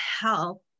help